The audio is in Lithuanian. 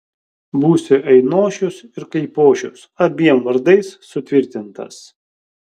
būsi ainošius ir kaipošius abiem vardais sutvirtintas